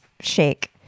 shake